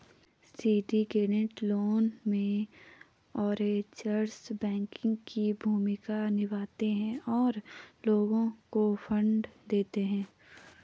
syndicated loan में, arrangers banking की भूमिका निभाते हैं और लोगों को फंड देते हैं